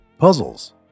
puzzles